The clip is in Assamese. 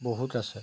বহুত আছে